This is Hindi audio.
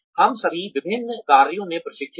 हम सभी विभिन्न कार्यों में प्रशिक्षित हैं